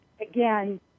again